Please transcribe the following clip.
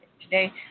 today